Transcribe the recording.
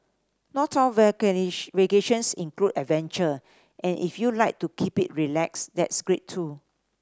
not all vacations include adventure and if you like to keep it relaxed that's great too